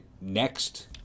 next